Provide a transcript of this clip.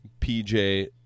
pj